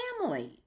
family